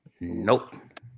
Nope